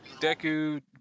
Deku